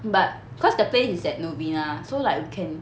but cause the place is at novena so like we can